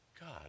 God